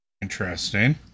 Interesting